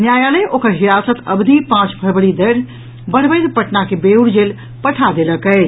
न्यायालय ओकर हिरासत अवधि पांच फरवरी धरि बढ़बैत पटना के बेउर जेल पठा देलक अछि